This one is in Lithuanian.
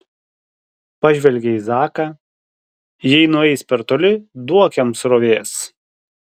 pažvelgė į zaką jei nueis per toli duok jam srovės